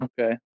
okay